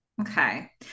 okay